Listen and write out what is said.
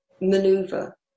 maneuver